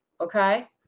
okay